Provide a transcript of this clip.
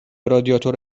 رادیاتور